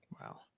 Wow